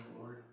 Lord